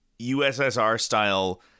USSR-style